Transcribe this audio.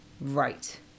Right